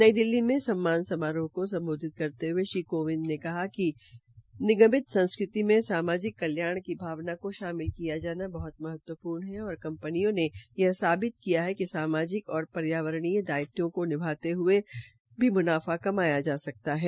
नई दिल्ली में आज सम्मान समारोह को समबोधित करते हये श्री कोविंद ने कहा कि निगमित संस्कृति में सामाजिक कल्याण की भावना को शामिल किया जना बहत महत्वपूर्ण है और कंपनियों ने यह साबित किया है कि सामाजिक और पर्यावरणीय दायित्वों को निभाते हये भी म्नाफा कमाया जा सकता है